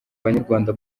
banyarwanda